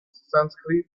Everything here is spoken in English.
sanskrit